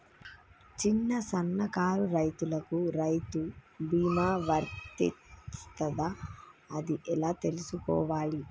చిన్న సన్నకారు రైతులకు రైతు బీమా వర్తిస్తదా అది ఎలా తెలుసుకోవాలి?